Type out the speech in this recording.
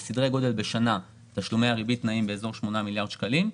תשלומי הריבית נעים באזור ה-8 מיליארד שקלים בשנה,